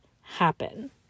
happen